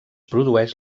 produeix